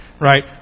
right